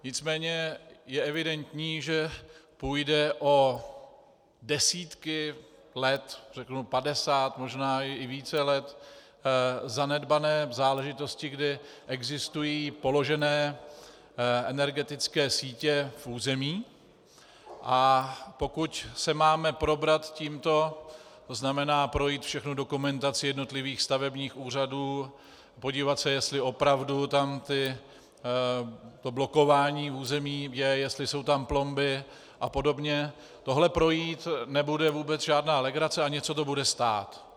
Nicméně je evidentní, že půjde o desítky let, řeknu padesát, možná i více let zanedbané záležitosti, kdy existují položené energetické sítě v území, a pokud se máme probrat tímto, tzn. projít všechnu dokumentaci jednotlivých stavebních úřadů, podívat se, jestli opravdu tam to blokování území je, jestli jsou tam plomby apod., tohle projít nebude vůbec žádná legrace a něco to bude stát.